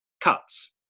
cuts